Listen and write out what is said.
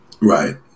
Right